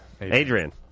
Adrian